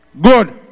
Good